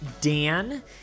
Dan